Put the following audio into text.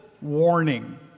warning